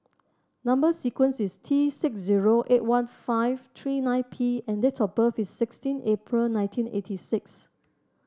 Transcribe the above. number sequence is T six zero eight one five three nine P and date of birth is sixteen April nineteen eighty six